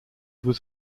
was